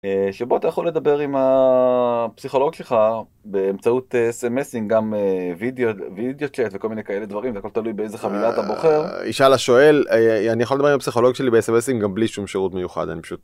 שבו אתה יכול לדבר עם הפסיכולוג שלך באמצעות סמסים גם וידאו וידאו צ'אט וכל מיני כאלה דברים בטלוי באיזה חבילה אתה בוחר. ישי לאש שואל - אני יכול לדבר עם הפסיכולוג שלי בסמסים גם בלי שום שירות מיוחד אני פשוט